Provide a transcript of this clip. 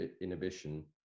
inhibition